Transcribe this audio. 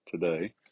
today